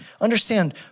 understand